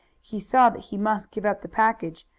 he saw that he must give up the package,